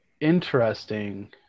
interesting